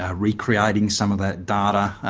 ah recreating some of that data,